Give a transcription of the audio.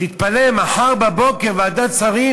תתפלא, מחר בבוקר ועדת השרים